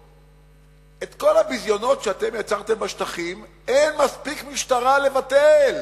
את כל הביזיונות שאתם יצרתם בשטחים אין מספיק משטרה לבטל.